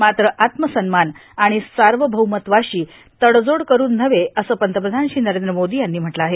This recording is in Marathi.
मात्र आत्म सन्मान आर्गण सावभौमत्वाशी तडजोड करून नव्हे असं पंतप्रधान श्री नरद्र मोदी यांनी म्हटलं आहे